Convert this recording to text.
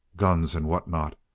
guns and what not.